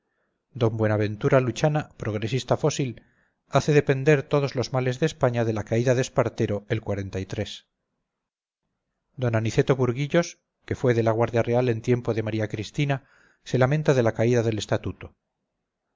d buenaventura luchana progresista fósil hace depender todos los males de españa de la caída de espartero el d aniceto burguillos que fue de la guardia real en tiempo de maría cristina se lamenta de la caída del estatuto